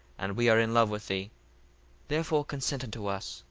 and we are in love with thee therefore consent unto us,